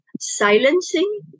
silencing